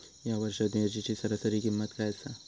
या वर्षात मिरचीची सरासरी किंमत काय आसा?